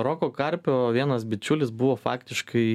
roko karpio vienas bičiulis buvo faktiškai